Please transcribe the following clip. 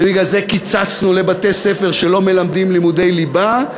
ובגלל זה קיצצנו לבתי-ספר שלא מלמדים לימודי ליבה,